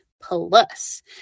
plus